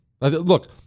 Look